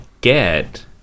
get